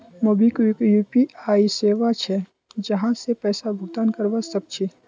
MobiKwik UPI सेवा छे जहासे पैसा भुगतान करवा सक छी